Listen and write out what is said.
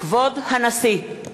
כבוד הנשיא!